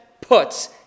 puts